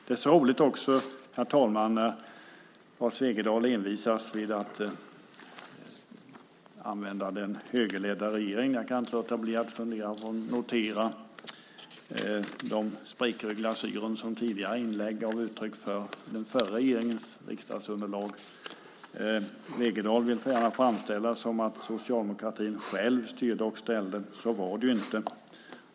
Det är roligt, herr talman, när Lars Wegendal envisas med att använda uttrycket den högerledda regeringen. Jag kan inte låta bli att notera de sprickor i glasyren som tidigare inlägg gav uttryck för när det gäller den förra regeringens riksdagsunderlag. Wegendal vill gärna framställa det som att socialdemokratin själv styrde och ställde. Så var det ju inte.